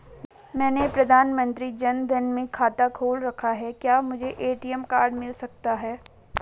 मैंने प्रधानमंत्री जन धन में खाता खोल रखा है क्या मुझे ए.टी.एम कार्ड मिल सकता है?